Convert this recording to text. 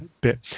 bit